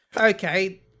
okay